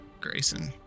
Grayson